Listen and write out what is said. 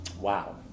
Wow